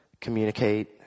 communicate